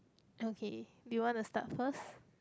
okay do you want to start first